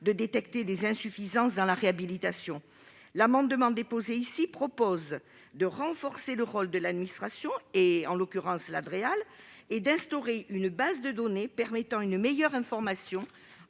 de détecter des insuffisances dans la réhabilitation. Cet amendement vise à renforcer le rôle de l'administration, en l'occurrence la Dreal, et à instaurer une base de données permettant une meilleure information